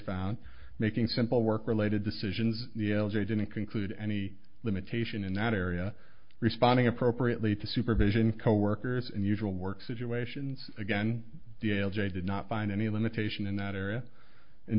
found making simple work related decisions the l g a didn't conclude any limitation in that area responding appropriately to supervision coworkers unusual work situations again the l j did not find any limitation in that area